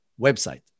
website